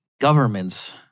governments